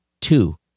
two